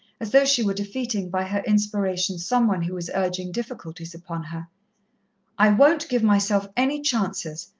as though she were defeating by her inspiration some one who was urging difficulties upon her i won't give myself any chances.